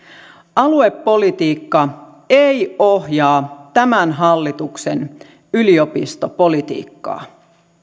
aluepolitiikka ei ohjaa tämän hallituksen yliopistopolitiikkaa